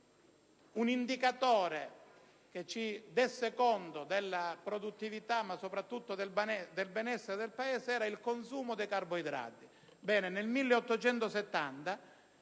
un indicatore che desse conto della produttività e soprattutto del benessere del Paese era il consumo dei carboidrati: